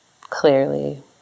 clearly